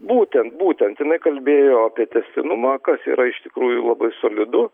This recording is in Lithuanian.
būtent būtent jinai kalbėjo apie tęstinumą kas yra iš tikrųjų labai solidu